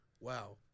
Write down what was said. wow